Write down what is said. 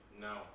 No